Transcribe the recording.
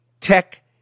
tech